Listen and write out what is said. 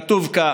כתוב כך: